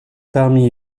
parmi